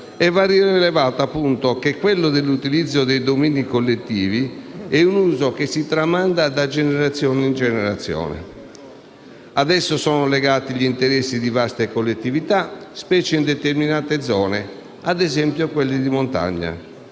e va rilevato, appunto, che l'utilizzo dei domini collettivi è un uso che si tramanda di generazione in generazione. Ad esso sono legati gli interessi di vaste collettività, specie in determinate zone, ad esempio quelle di montagna.